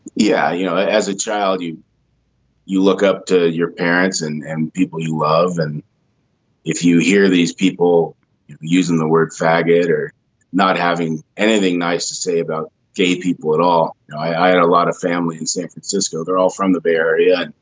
yeah. you know as a child you you look up to your parents and and people you love and if you hear these people using the word faggot or not having anything nice to say about gay people at all. i had a lot of family in san francisco they're all from the bay area.